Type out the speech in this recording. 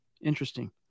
Interesting